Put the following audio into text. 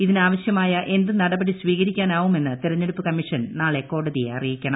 ഇതിനാവശൃമായ എന്ത് നടപടി സ്വീകരിക്കാനാവുമെന്ന് തിരഞ്ഞെടുപ്പ് കമ്മീഷൻ നാളെ കോടതിയെ അറിയിക്കണം